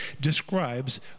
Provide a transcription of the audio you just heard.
describes